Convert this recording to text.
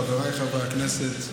חבריי חברי הכנסת,